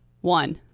One